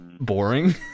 boring